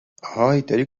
اهای، داری